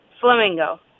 Flamingo